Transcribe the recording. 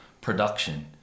production